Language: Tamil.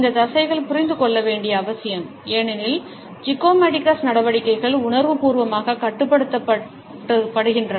இந்த தசைகள் புரிந்து கொள்ள வேண்டியது அவசியம் ஏனெனில் ஜிகோமாடிகஸ் நடவடிக்கைகள் உணர்வுபூர்வமாக கட்டுப்படுத்தப்படுகின்றன